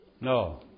No